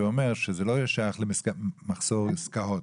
אומר שזה לא יהיה שייך למחזור עסקאות.